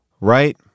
Right